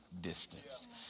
distanced